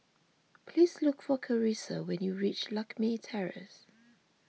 please look for Karissa when you reach Lakme Terrace